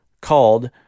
called